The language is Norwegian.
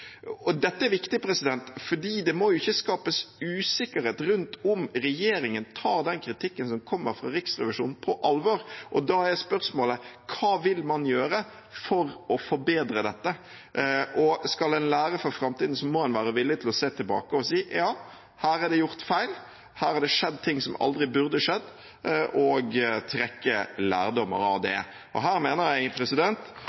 Og dette er viktig, for det må ikke skapes usikkerhet rundt om regjeringen tar den kritikken som kommer fra Riksrevisjonen, på alvor. Da er spørsmålet: Hva vil man gjøre for å forbedre dette? Skal en lære for framtiden, må en være villig til å se tilbake og si: Ja, her er det gjort feil, her er det skjedd ting som aldri burde skjedd – og så trekke lærdommer av